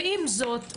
עם זאת,